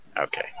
Okay